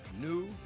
new